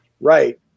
Right